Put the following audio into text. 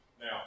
Now